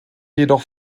jedoch